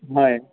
হয়